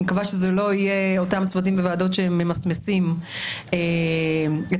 אני מקווה שזה לא יהיה אותם צוותים וועדות שממסמסים את הפתרונות.